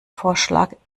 vorschlag